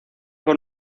con